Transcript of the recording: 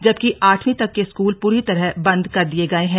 जबकि आठवीं तक के स्कूल प्री तरह बंद कर दिए गए हैं